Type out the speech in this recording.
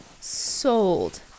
Sold